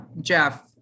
Jeff